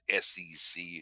SEC